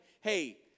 Hey